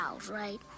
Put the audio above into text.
Right